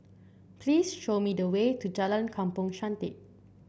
please show me the way to Jalan Kampong Chantek